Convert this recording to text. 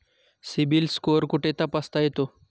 CIBIL score कुठे तपासता येतो?